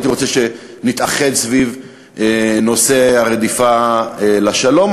הייתי רוצה שנתאחד סביב נושא רדיפת השלום,